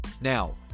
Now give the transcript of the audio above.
Now